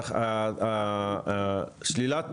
שלילת